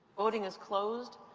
voting is closed.